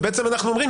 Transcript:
ובעצם אנחנו אומרים,